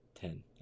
ten